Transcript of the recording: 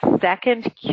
second